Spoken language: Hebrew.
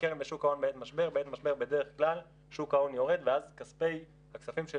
בעת משבר בדרך כלל שוק ההון יורד ואז הכספים של